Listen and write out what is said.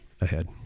ahead